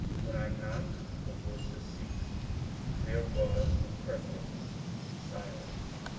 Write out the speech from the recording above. when i knocked the voices ceased there was per fect silence.